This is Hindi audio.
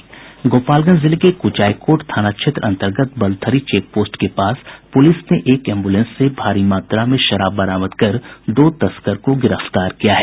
गोपालगंज जिले के कुचायकोट थाना क्षेत्र अंतर्गत बलथरी चेकपोस्ट के पास पुलिस ने एक एम्बुलेंस से भारी मात्रा में शराब बरामद के साथ दो तस्कर को गिरफ्तार किया है